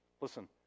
listen